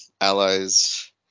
allies